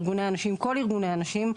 ארגוני הנשים כל ארגוני הנשים,